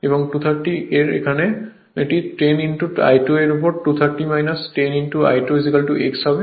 230 এর এখানে এটি 10 I2 উপর 230 10 I2 x হবে